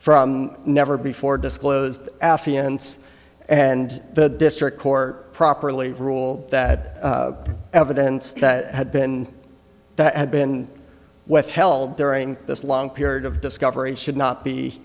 from never before disclosed affiance and the district court properly rule that evidence that had been that had been withheld during this long period of discovery should not be